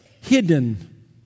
hidden